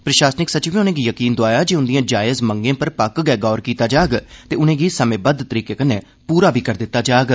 प्रशासनिक सचिवें उनें' गी यकीन दोआया जे उंदिएं जायज़ मंगें पर पक्क गै गौर कीता जाग ते उनें ' गी समें बद्ध तरीके कन्नै पूरा बी करी दित्ता जाग